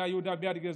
היה יהודה ביאדגה,